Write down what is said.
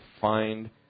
find